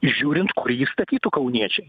žiūrint kur jį statytų kauniečiai